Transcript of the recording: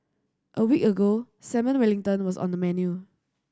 a week ago Salmon Wellington was on the menu